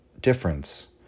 difference